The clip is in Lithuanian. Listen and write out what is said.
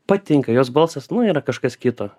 patinka jos balsas nu yra kažkas kito